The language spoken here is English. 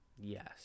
Yes